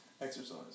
exercise